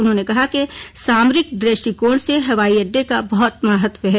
उन्होंने कहा कि सामरिक दृष्टिकोण से हवाई अड्डे का बहत महत्व है